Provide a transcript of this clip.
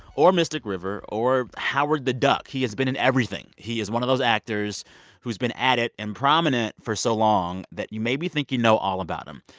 or mystic river or howard the duck. he has been in everything he is one of those actors who's been at it and prominent for so long that you maybe think you know all about him.